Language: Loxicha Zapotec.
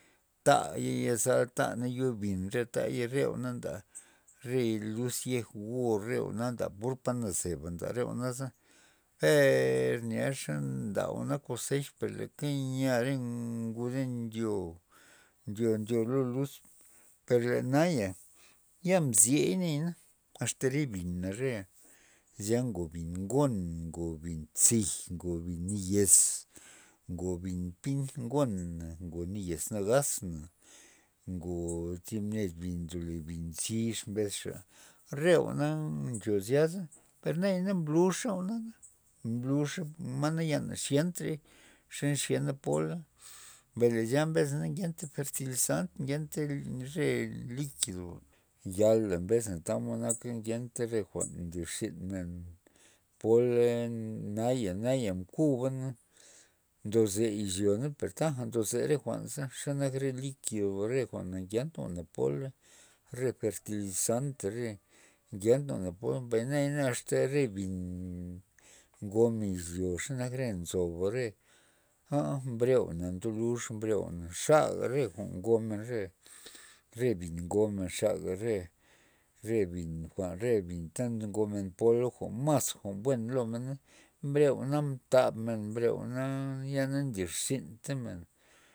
Ta' ya yezal ta' na yobin re ta'yare jwa'na nda re luz yej go re jwa'na nda purta re nazeba nda re jwa'naza, peer nya xe nda jwa'na kozex per leka nya re nguda ndyo- ndyo- ndyo lo luz, perle naya ya mziey na asta re bina re zya ngobin ngon ngobin zij ngobin nayez ngobin pint gona ngobin na yez nagaz na ngo thib ned bin ndole gon chix mbesxa re jwa'na ncho zyasa per naya mblux re jwa'na mblux ma nayana ya na xientey ze xyena pola mbay le zya ngenta fertilizant ngenta re likido ba yala mbesna tamod naka ngenta re jwa'n nlir zynmen, men pola naya- naya mkuba ndoze izyo per taja ndoze re jwa'nza xenak re likido re jwa'na ngenta jwa'na pola re fertilizanta re ngenta re jwa'na pola mbay naya asta re bin ngomen izyo xenak re nzoba re a mbre jwa'na mbluz mbre re jwa'na xaja re jwa'n ngomen re re bin ngomen xala re bin re bin re jwa'n re binta ngomen pola uu mas jwa'n buena mbre jwa'na mtab men mbre jwa'na ya na nlirzintamen